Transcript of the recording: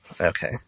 Okay